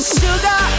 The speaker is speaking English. sugar